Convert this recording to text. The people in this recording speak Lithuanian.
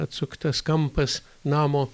atsuktas kampas namo